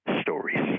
stories